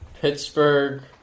Pittsburgh